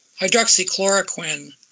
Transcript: hydroxychloroquine